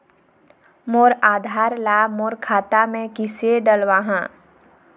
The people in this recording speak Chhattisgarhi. मोर आधार ला मोर खाता मे किसे डलवाहा?